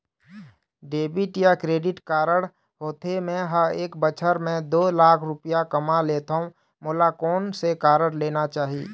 Debit या credit card का होथे, मे ह एक बछर म दो लाख रुपया कमा लेथव मोला कोन से कारड लेना चाही?